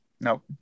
nope